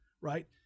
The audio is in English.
right